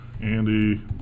Andy